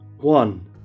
One